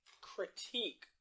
critique